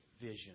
vision